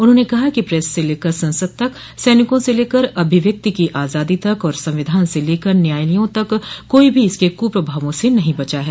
उन्होंने कहा कि प्रेस से लेकर ससद तक सैनिकों से लेकर अभिव्यक्ति की आजादी तक और संविधान से लेकर न्यायालयों तक कोई भी इसके कुप्रभावों से नहीं बचा है